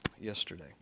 yesterday